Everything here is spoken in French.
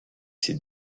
ses